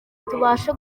tubashe